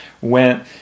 went